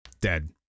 dead